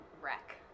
wreck